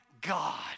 God